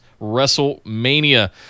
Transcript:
WrestleMania